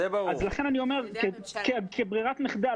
לכן אני אומר שכברירת מחדל,